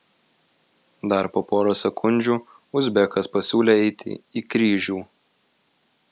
dar po poros sekundžių uzbekas pasiūlė eiti į kryžių